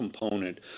component